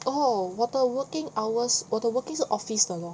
oh 我的 working hours 我的 working 是 office 的 lor